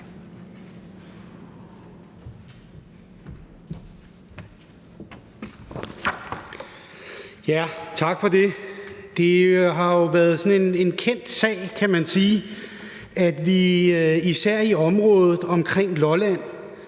Tak for det. Det har jo været sådan en kendt sag, kan man sige, at vi især i området omkring Lolland